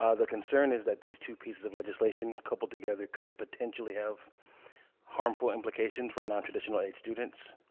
ah the concern is that these two pieces of legislation coupled together could potentially have harmful implications for non-traditional age students.